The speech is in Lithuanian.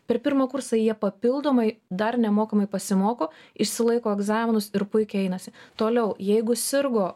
per pirmą kursą jie papildomai dar nemokamai pasimoko išsilaiko egzaminus ir puikiai einasi toliau jeigu sirgo